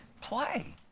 play